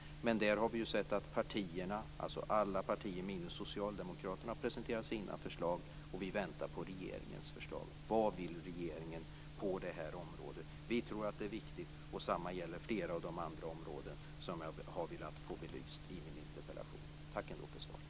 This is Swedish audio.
Men vi har ju sett att partierna, alltså alla partier minus Socialdemokraterna, har presenterat sina förslag. Och vi väntar på regeringens förslag. Vad vill regeringen på det här området? Vi tror att det är viktigt, och detsamma gäller flera av de andra områden som jag har velat få belysta i min interpellation. Men tack ändå för svaret!